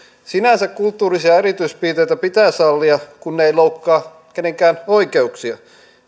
sinänsä kulttuurisia erityispiirteitä pitää sallia kun ne eivät loukkaa kenenkään oikeuksia